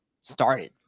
started